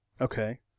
Okay